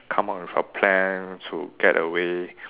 come up with a plan to get away